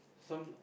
some